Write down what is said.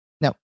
No